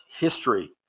history